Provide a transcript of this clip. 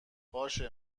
باشه